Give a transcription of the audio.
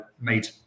made